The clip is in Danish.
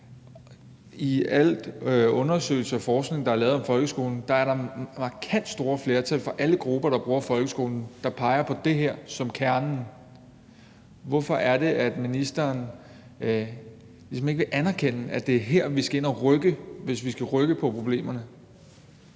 I alle undersøgelser og al forskning, der er lavet om folkeskolen, er der markant store flertal fra alle de grupper, der bruger folkeskolen, der peger på det her som kernen. Hvorfor er det, at ministeren ligesom ikke vil anerkende, at det er her, vi skal ind og rykke, hvis vi skal rykke på problemerne?